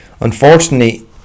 Unfortunately